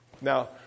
Now